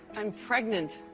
i'm pregnant.